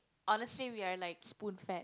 honestly we are like spoon fed